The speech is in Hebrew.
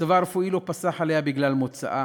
מצבה הרפואי לא פסח עליה בגלל מוצאה,